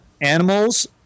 animals